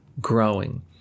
growing